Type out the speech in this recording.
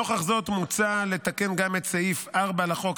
נוכח זאת מוצע לתקן גם את סעיף 4 לחוק,